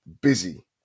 busy